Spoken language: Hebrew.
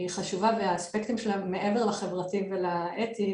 היא חשובה והאספקטים שלה מעבר לחברתי ולאתי,